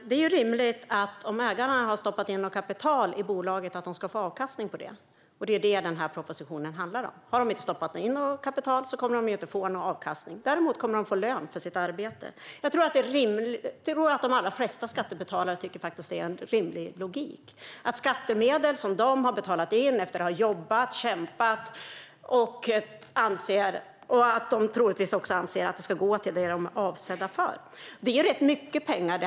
Herr talman! Om ägarna har stoppat in kapital i bolaget är det rimligt att de får avkastning på det. Men har de inte stoppat in något kapital ska de inte få någon avkastning. De kommer dock att få lön för sitt arbete. Det är det denna proposition handlar om. Jag tror att de flesta skattebetalare tycker att det är en rimlig logik och att skattemedel som de har betalat in efter att ha jobbat och kämpat går till det de är avsedda för. Det handlar om rätt mycket pengar.